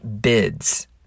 bids